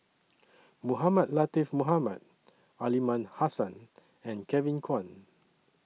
Mohamed Latiff Mohamed Aliman Hassan and Kevin Kwan